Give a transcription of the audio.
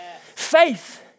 Faith